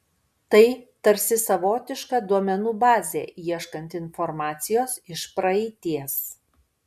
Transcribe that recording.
tai tarsi savotiška duomenų bazė ieškant informacijos iš praeities